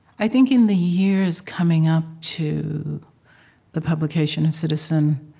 i think, in the years coming up to the publication of citizen,